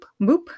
boop